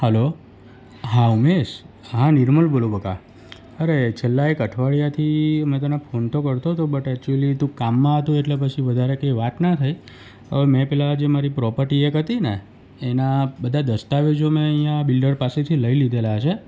hello હા ઉમેશ હા નિર્મલ બોલું બકા અરે છેલ્લા એક અઠવાડીયાથી મેં તને ફોન તો કરતો હતો બટ એકચ્યુલિ તું કામમાં હતો એટલે પછી વધારે કઈ વાત ના થઈ અરે મેં પેલા જે મારી પ્રોપર્ટી એક હતી ને એના બધા દસ્તાવેજો મે ઈયાં બિલ્ડર પાસેથી લઈ લીધેલા છે